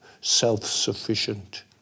self-sufficient